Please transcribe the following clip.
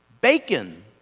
Bacon